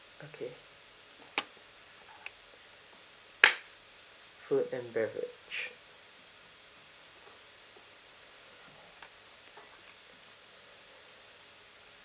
okay food and beverage